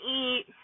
eat